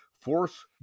Force